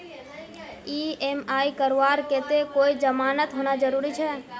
EMI करवार केते कोई जमानत होना जरूरी छे?